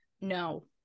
No